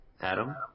Adam